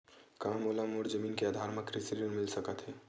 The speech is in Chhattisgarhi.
का मोला मोर जमीन के आधार म कृषि ऋण मिल सकत हे?